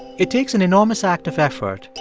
it takes an enormous act of effort,